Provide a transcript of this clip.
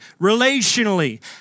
relationally